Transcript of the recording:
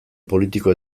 politiko